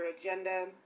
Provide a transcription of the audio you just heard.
agenda